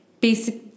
basic